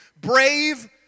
brave